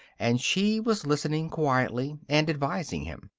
and she was listening quietly and advising him.